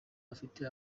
afite